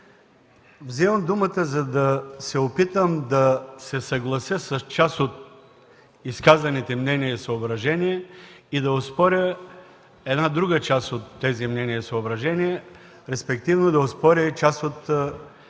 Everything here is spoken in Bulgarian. Вземам думата, за да се опитам да се съглася с част от изказаните мнения и съображения и да оспоря друга част от тези мнения и съображения, респективно да оспоря и част от